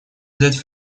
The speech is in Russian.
взять